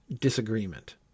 disagreement